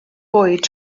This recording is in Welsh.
bwyd